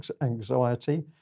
anxiety